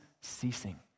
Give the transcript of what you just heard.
ceasing